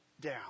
down